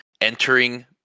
entering